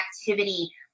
activity